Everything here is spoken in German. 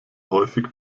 häufig